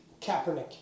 Kaepernick